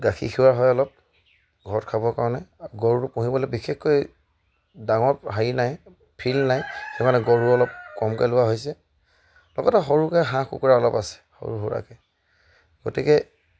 গাখীৰ খিৰুৱা হয় অলপ ঘৰত খাবৰ কাৰণে গৰুটো পুহিবলৈ বিশেষকৈ ডাঙৰ হেৰি নাই ফিল্ড নাই সেইকাৰণে গৰু অলপ কমকৈ লোৱা হৈছে লগতে সৰুকৈ হাঁহ কুকুৰা অলপ আছে সৰু সুৰাকৈ গতিকে